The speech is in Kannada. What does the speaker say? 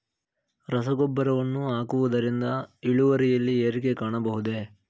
ರಸಗೊಬ್ಬರವನ್ನು ಹಾಕುವುದರಿಂದ ಇಳುವರಿಯಲ್ಲಿ ಏರಿಕೆ ಕಾಣಬಹುದೇ?